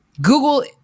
Google